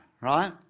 right